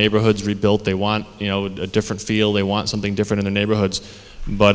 neighborhoods rebuilt they want you know a different feel they want something different the neighborhoods but